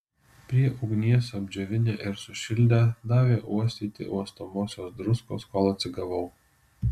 prie ugnies apdžiovinę ir sušildę davė uostyti uostomosios druskos kol atsigavau